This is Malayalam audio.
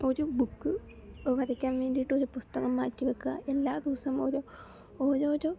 ഒരു ബുക്ക് വരയ്ക്കാൻ വേണ്ടിയിട്ട് ഒരു പുസ്തകം മാറ്റിവയ്ക്കുക എല്ലാ ദിവസവും ഓരോരോ